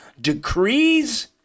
decrees